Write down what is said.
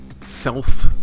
self